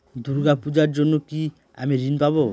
দূর্গা পূজার জন্য কি আমি ঋণ পাবো?